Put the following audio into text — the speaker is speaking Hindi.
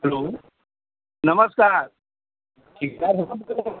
हलो नमस्कार ठेकेदार नमस्कार